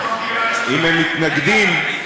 ואני מבקש מחברי לתמוך בו